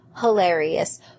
hilarious